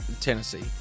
Tennessee